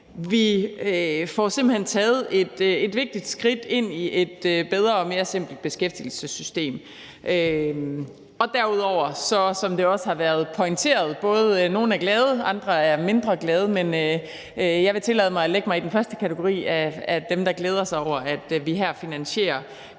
Vi får simpelt hen taget et vigtigt skridt ind i et bedre og mere simpelt beskæftigelsessystem. Som det også har været pointeret, er nogle glade, andre er mindre glade, men jeg vil tillade mig at lægge mig i den første kategori, altså dem, der glæder sig over, at vi her finansierer